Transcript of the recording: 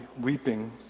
weeping